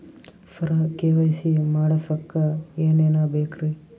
ಸರ KYC ಮಾಡಸಕ್ಕ ಎನೆನ ಬೇಕ್ರಿ?